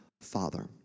father